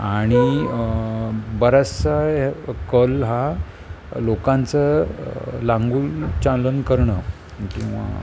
आणि बराचसा कल हा लोकांचं लागूल चालन करणं किंवा